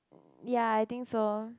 ya I think so